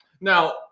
Now